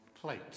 plate